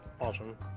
Awesome